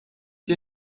dir